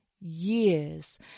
years